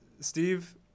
Steve